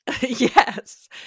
Yes